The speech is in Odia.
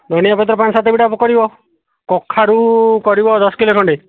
ଧଣିଆ ପତ୍ର ପାଞ୍ଚ ସାତ ବିଡା଼ କରିବ କଖାରୁ କରିବ ଦଶ କିଲୋ ଖଣ୍ଡେ